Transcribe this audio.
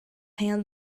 hand